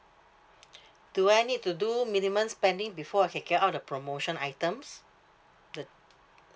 do I need to do minimum spending before I can get all of the promotion items the